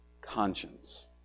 conscience